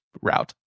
route